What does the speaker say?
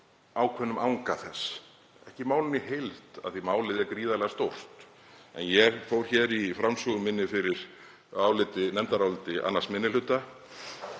ákveðnum anga þess, ekki málinu í heild af því að málið er gríðarlega stórt. En ég fór hér í framsögu minni fyrir nefndaráliti 2. minni hluta